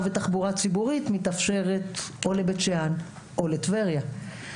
ותחבורה ציבורית מתאפשרת או לבית שאן או לטבריה.